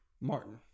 Martin